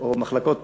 או למחלקות